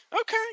Okay